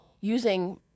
using